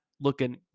looking